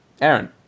Aaron